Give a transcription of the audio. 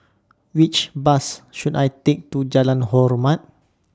Which Bus should I Take to Jalan Hormat